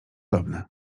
dobne